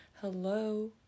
hello